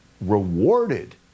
rewarded